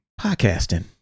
Podcasting